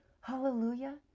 Hallelujah